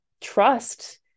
trust